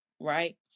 right